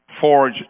forge